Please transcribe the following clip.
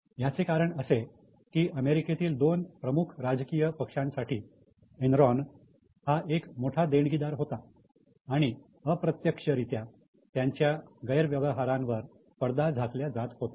याचे कारण असे की अमेरिकेतील दोन प्रमुख राजकीय पक्षांसाठी एनरॉन हा एक मोठा देणगीदार होता आणि अप्रत्यक्षरीत्या त्यांच्या गैरव्यवहारांवर पडदा झाकल्या जात होता